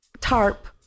tarp